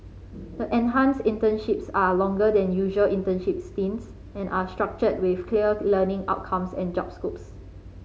the enhanced internships are longer than usual internship stints and are structured with clear learning outcomes and job scopes